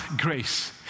grace